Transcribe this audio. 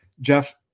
Jeff